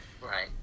Right